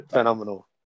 Phenomenal